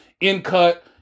in-cut